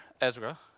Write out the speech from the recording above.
Ezra